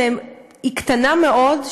שהיא קטנה מאוד,